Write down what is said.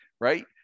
right